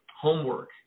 homework